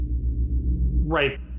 Right